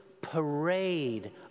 parade